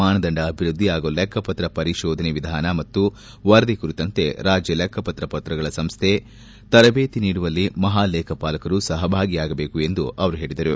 ಮಾನದಂಡ ಅಭಿವೃದ್ಧಿ ಹಾಗೂ ಲೆಕ್ಕಪತ್ರ ಪರಿಶೋಧನೆ ವಿಧಾನ ಮತ್ತು ವರದಿ ಕುರಿತಂತೆ ರಾಜ್ಯ ಲೆಕ್ಷಪತ್ರ ಸಂಸ್ಥೆಗಳ ಸಿಬ್ಲಂದಿಗೆ ತರಬೇತಿ ನೀಡುವಲ್ಲಿ ಮಹಾಲೇಖಪಾಲರು ಸಹಭಾಗಿಯಾಗಬೇಕು ಎಂದು ಅವರು ಹೇಳಿದರು